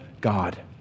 God